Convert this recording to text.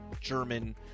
German